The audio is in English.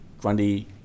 Grundy